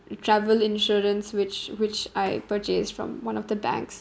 travel insurance which which I purchased from one of the banks